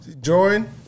join